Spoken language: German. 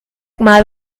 mal